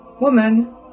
woman